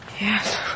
Yes